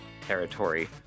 territory